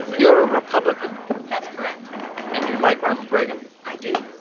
you're a republican that's correct and you like ronald reagan i do.